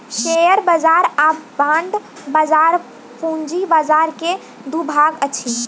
share बाजार आ bond बाजार पूंजी बाजार के दू भाग अछि